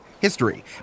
History